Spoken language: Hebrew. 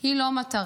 היא לא מטרה.